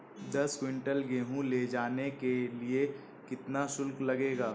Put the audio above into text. दस कुंटल गेहूँ ले जाने के लिए कितना शुल्क लगेगा?